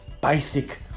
basic